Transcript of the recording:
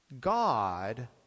God